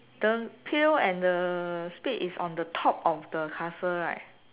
the pail and the spade is on the top of the castle right